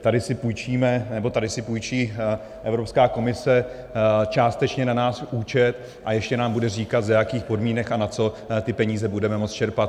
Tady si půjčíme nebo tady si půjčí Evropská komise částečně na náš účet a ještě nám bude říkat, za jakých podmínek a na co ty peníze budeme moct čerpat.